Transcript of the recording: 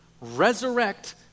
resurrect